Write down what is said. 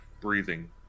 breathing